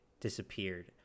disappeared